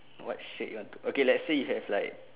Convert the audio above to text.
what shirt you want to okay let's say you have like